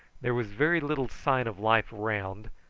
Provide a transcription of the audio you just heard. there was very little sign of life around,